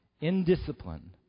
indiscipline